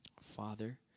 Father